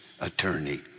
attorney